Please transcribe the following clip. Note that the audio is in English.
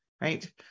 right